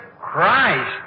Christ